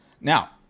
Now